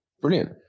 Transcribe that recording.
Brilliant